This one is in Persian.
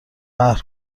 قهر